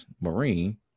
Marine